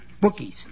Bookies